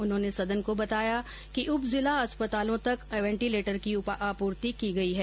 उन्होंने सदन को बताया कि उप जिला अस्पतालों तक वेंटिलेटर की आपूर्ति की गई है